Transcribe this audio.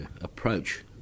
approach